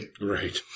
Right